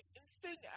instinct